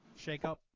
shakeup